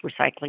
recycling